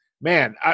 man